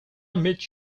meet